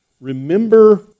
remember